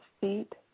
feet